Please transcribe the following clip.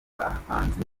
bahanzi